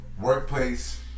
workplace